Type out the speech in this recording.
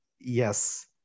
Yes